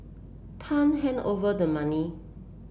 tan handed over the money